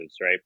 right